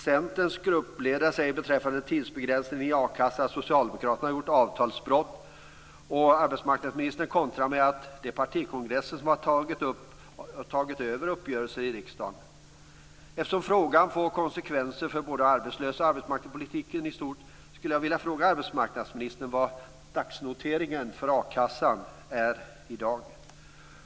Centerns gruppledare säger beträffande tidsbegränsningen i a-kassan att Socialdemokraterna har gjort avtalsbrott, och arbetsmarknadsministern kontrar med att det är partikongressen som har tagit över uppgörelser i riksdagen. "dagsnoteringen" för a-kassan är i dag.